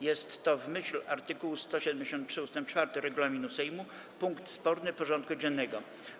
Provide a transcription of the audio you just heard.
Jest to, w myśl art. 173 ust. 4 regulaminu Sejmu, punkt sporny porządku dziennego.